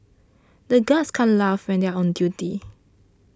the guards can't laugh when they are on duty